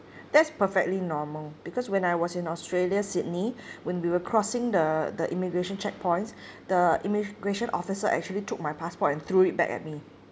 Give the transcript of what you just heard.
that's perfectly normal because when I was in australia sydney when we were crossing the the immigration checkpoints the immigration officer actually took my passport and threw it back at me